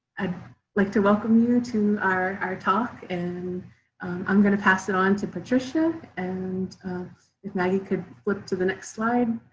i'd like to welcome you to our our talk and i'm going to pass it on to patricia and if maggie could flip to the next slide.